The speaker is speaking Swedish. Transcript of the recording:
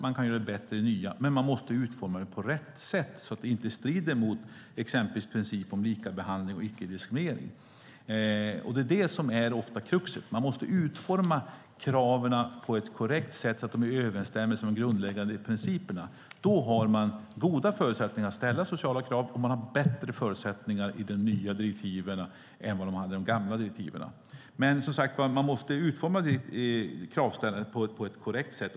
Man kan göra det bättre enligt det nya, men det måste utformas på rätt sätt så att det inte strider till exempel mot principen om likabehandling och icke-diskriminering. Det är ofta kruxet. Man måste utforma kraven på ett korrekt sätt så att de är i överensstämmelse med de grundläggande principerna. Då har man goda förutsättningar att ställa sociala krav. Förutsättningarna är bättre i de nya direktiven än de var i de gamla. Men man måste, som sagt, utforma kravställandet på ett korrekt sätt.